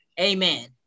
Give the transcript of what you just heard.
Amen